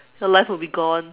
your life will be gone